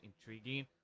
intriguing